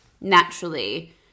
naturally